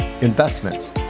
investments